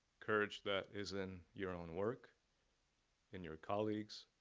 courage that is in your own work in your colleagues,